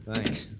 Thanks